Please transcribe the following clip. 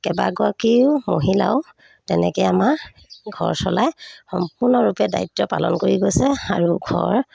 কেইবাগৰাকীও মহিলাও তেনেকৈ আমাৰ ঘৰ চলাই সম্পূৰ্ণৰূপে দায়িত্ব পালন কৰি গৈছে আৰু ঘৰ